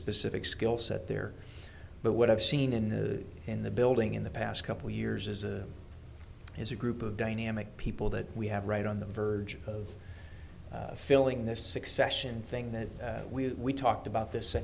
specific skill set there but what i've seen in the in the building in the past couple years is a is a group of dynamic people that we have right on the verge of filling this succession thing that we talked about this